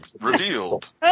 revealed